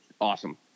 awesome